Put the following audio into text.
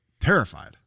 terrified